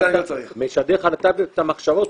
והוא משדר לך על הטאבלט את המחשבות,